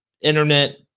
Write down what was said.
internet